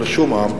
לשום עם,